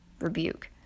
rebuke